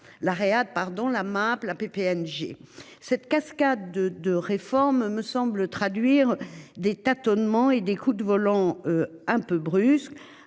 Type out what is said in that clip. la Real pardon la MAP. La PPNG cette cascade de de réformes me semble traduire des tâtonnements et des coups de volant un peu brusque,